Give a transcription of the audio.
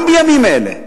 גם בימים אלה,